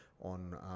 on